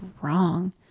wrong